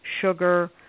sugar